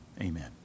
Amen